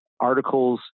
articles